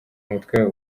umutwe